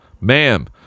ma'am